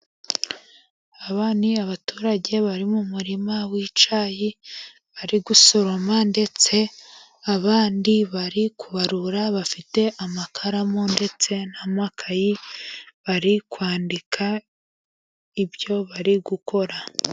Aba n'abaturage bari mu murima w'icyayi, bari gusoroma ndetse abandi bari kubarura bafite amakaramu, ndetse na makayi bari kwandika ibyo bari gukora.